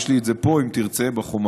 יש לי את זה פה, אם תרצה, בחומרים.